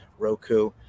Roku